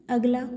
ਅਗਲਾ